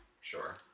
Sure